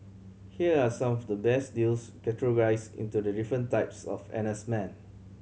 here are some of the best deals categorised into the different types of N S men